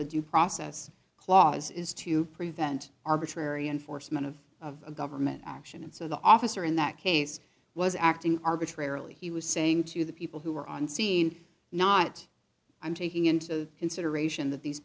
due process clause is to prevent arbitrary enforcement of of government action and so the officer in that case was acting arbitrarily he was saying to the people who were on scene not i'm taking into consideration that these